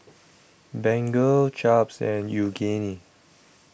Bengay Chaps and Yoogane